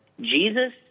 Jesus